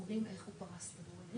מה שהוא מוכר זה בעצם גם את שכר הדירה